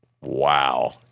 Wow